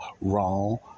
wrong